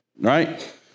right